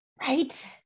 right